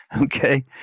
Okay